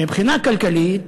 מבחינה כלכלית,